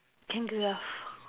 kangiraffe